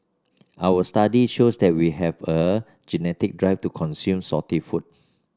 our study shows that we have a genetic drive to consume salty food